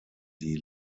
die